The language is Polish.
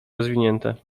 rozwinięte